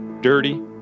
dirty